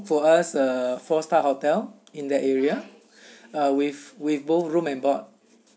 for us uh four star hotel in that area ah with with both room and board